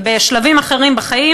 ובשלבים אחרים בחיים,